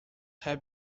have